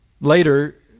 Later